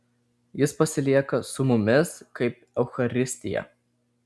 jis pasilieka su mumis kaip eucharistija